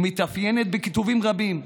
ומתאפיינת בקיטובים רבים.